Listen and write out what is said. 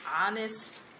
honest